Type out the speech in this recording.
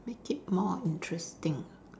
make it more interesting ah